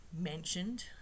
mentioned